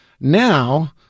now